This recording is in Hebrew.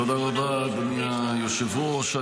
תודה רבה, אדוני היושב-ראש.